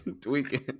Tweaking